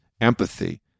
empathy